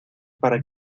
para